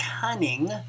cunning